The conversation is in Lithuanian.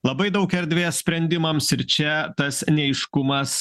labai daug erdvės sprendimams ir čia tas neaiškumas